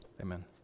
Amen